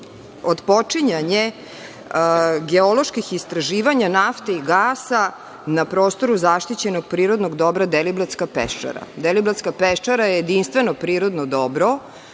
otpočinjanje geoloških istraživanja nafte i gasa na prostoru zaštićenog prirodnog dobra Deliblatska peščara. Deliblatska peščara je jedinstveno prirodno dobro